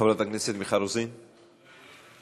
חברת הכנסת מיכל רוזין, מוותרת,